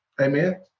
Amen